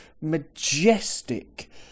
majestic